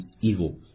evil